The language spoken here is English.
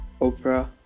Oprah